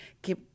que